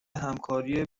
همکاری